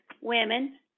women